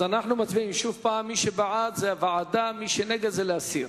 ההצעה להעביר את הנושא לוועדת החוץ והביטחון נתקבלה.